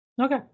okay